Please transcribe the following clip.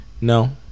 no